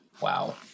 Wow